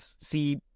see